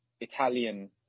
Italian